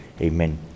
amen